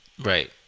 Right